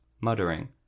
muttering